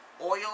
oil